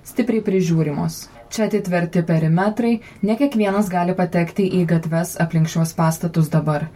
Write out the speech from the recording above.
stipriai prižiūrimos čia atitverti perimetrai ne kiekvienas gali patekti į gatves aplink šiuos pastatus dabar